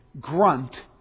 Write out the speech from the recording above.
grunt